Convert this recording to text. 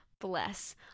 Bless